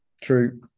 True